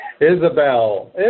Isabel